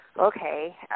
okay